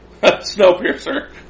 Snowpiercer